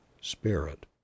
spirit